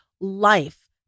life